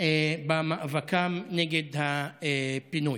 במאבקם נגד הפינוי.